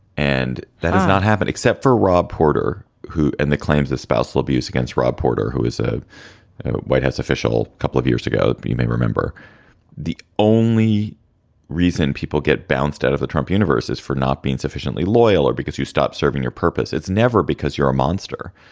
and that has not happened except for rob porter, who and the claims of spousal abuse against rob porter, who is a white house official couple of years ago. but you may remember the only reason people get bounced out of the trump universe is for not being sufficiently loyal or because you stop serving your purpose. it's never because you're a monster.